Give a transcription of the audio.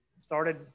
started